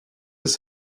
this